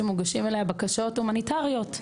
שמוגשים אליה בקשות הומניטריות.